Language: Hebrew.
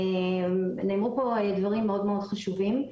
נאמרו פה דברים מאוד חשובים.